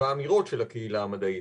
והאמירות של הקהילה המדעית.